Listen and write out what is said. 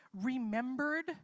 remembered